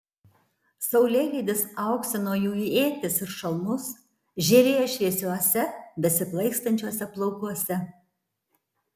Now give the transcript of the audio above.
saulėlydis auksino jų ietis ir šalmus žėrėjo šviesiuose besiplaikstančiuose plaukuose